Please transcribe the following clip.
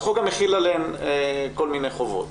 החוק גם מחיל עליהן כל מיני חובות.